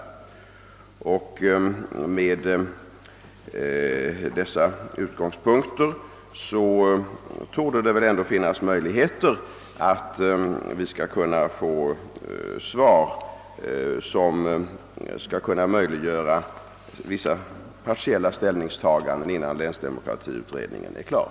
Med dessa utgångspunkter torde det finnas chans att vi får svar som kan möjliggöra vissa partiella ställningstaganden, innan länsdemokratiutredningen är klar.